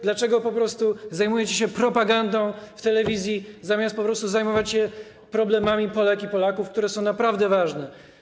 Dlaczego po prostu zajmujecie się propagandą w telewizji, zamiast po prostu zajmować się problemami Polek i Polaków, które są naprawdę ważne?